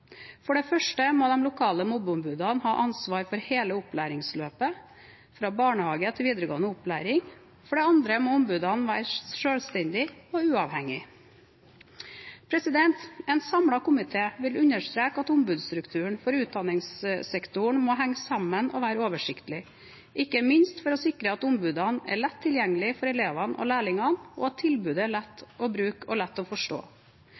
For det første må de lokale mobbeombudene ha ansvar for hele opplæringsløpet fra barnehage til videregående opplæring. For det andre må ombudene være selvstendige og uavhengige. En samlet komité vil understreke at ombudsstrukturen for utdanningssektoren må henge sammen og være oversiktlig, ikke minst for å sikre at ombudene er lett tilgjengelige for elevene og lærlingene, og at tilbudet er lett å bruke og lett å forstå.